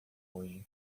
hoje